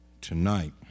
tonight